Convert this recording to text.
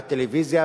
והטלוויזיה,